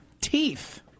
teeth